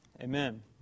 amen